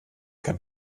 kann